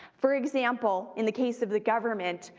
for example, in the case of the government,